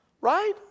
right